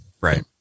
Right